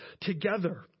together